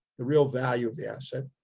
the real value of the asset.